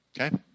Okay